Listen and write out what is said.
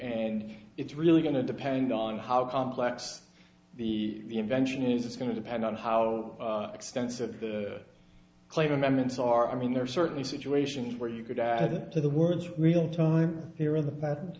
and it's really going to depend on how complex the invention is it's going to depend on how extensive the claim amendments are i mean there are certainly situations where you could add to the words real time here in the pa